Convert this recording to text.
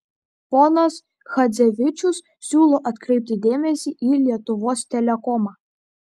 ponas chadzevičius siūlo atkreipti dėmesį į lietuvos telekomą